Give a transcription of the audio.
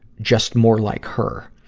just more like her.